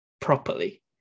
properly